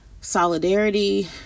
solidarity